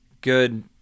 Good